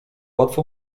łatwo